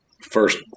first